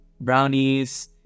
brownies